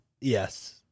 Yes